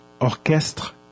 Orchestre